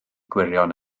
gwirion